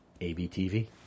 ABTV